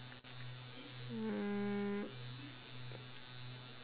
mm